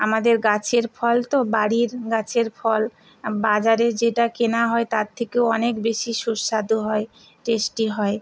আমাদের গাছের ফল তো বাড়ির গাছের ফল বাজারে যেটা কেনা হয় তার থেকেও অনেক বেশি সুস্বাদু হয় টেস্টি হয়